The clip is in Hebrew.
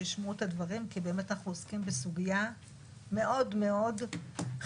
שישמעו את הדברים כי באמת אנחנו עוסקים בסוגיה מאוד מאוד חשובה.